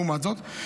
לעומת זאת,